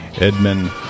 Edmund